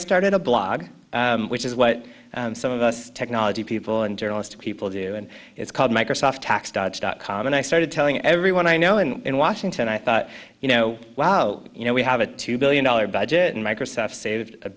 started a blog which is what some of us technology people and journalist people do and it's called microsoft tax dodge dot com and i started telling everyone i know and in washington i thought you know wow you know we have a two billion dollars budget and microsoft saved a